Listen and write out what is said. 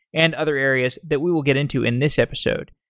and other areas that we will get into in this episode.